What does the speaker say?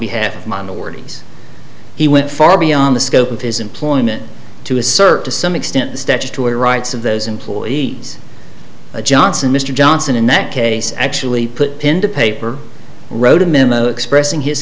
behalf of minorities he went far beyond the scope of his employment to assert to some extent the statutory rights of those employees johnson mr johnson in that case actually put pen to paper wrote a memo expressing his